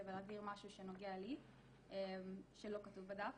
ולהעביר משהו שנוגע לי שלא כתוב בדף.